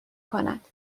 کند